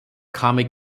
comic